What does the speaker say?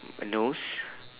a nose